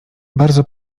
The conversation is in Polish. bardzo